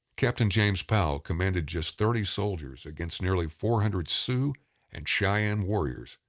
captain james powell commanded just thirty soldiers against nearly four hundred sioux and cheyenne warriors,